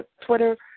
Twitter